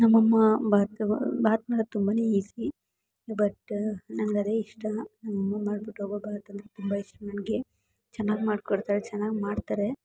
ನಮ್ಮಮ್ಮ ಬಾತು ಬಾತ್ ಮಾಡೋದು ತುಂಬ ಈಸಿ ಬಟ್ ನನ್ಗದೆ ಇಷ್ಟ ನಮ್ಮಮ್ಮ ಮಾಡ್ಬಿಟ್ಟೋಗೊ ಬಾತ್ ಅಂದರೆ ತುಂಬ ಇಷ್ಟ ನನಗೆ ಚೆನ್ನಾಗಿ ಮಾಡಿಕೊಡ್ತಾರೆ ಚೆನ್ನಾಗಿ ಮಾಡ್ತಾರೆ